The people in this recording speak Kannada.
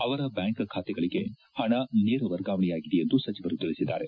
ಅವರ ಬ್ಯಾಂಕ್ ಬಾತೆಗಳಿಗೆ ಹಣ ನೇರ ವರ್ಗಾವಣೆಯಾಗಿದೆ ಎಂದು ಸಚಿವರು ತಿಳಿಸಿದ್ದಾರೆ